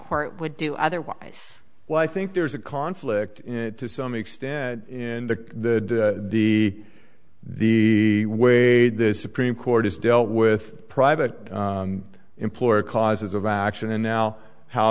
court would do otherwise well i think there's a conflict in it to some extent in the the the way this supreme court has dealt with private employer causes of action and now how